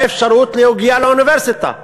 באפשרות להגיע לאוניברסיטה,